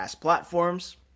platforms